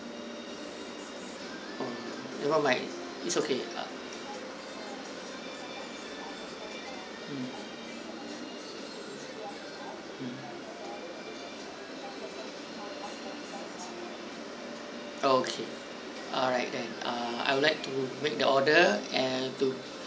oh never mind it's okay mm okay alright then uh I would like to make the order and to